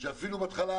שבהתחלה